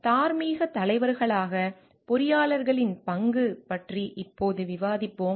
தார்மீக தலைவர்களாக பொறியாளர்களின் பங்கு பற்றி இப்போது விவாதிப்போம்